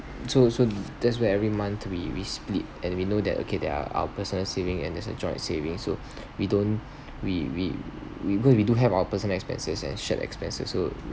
so so that's where every month we we split and we know that okay there are our personal saving and this is a joint saving so we don't we we because we do have our personal expenses and shared expenses so